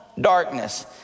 darkness